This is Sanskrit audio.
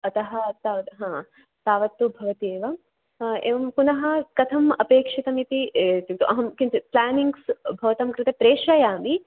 अतः तावत् हा तावत्तु भवति एव एवं पुनः कथम् अपेक्षितम् इति अहं किञ्चित् प्लेनिङ्ग्स् भवतां कृते प्रेषयामि